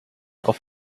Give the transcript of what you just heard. auf